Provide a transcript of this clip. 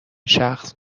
شخص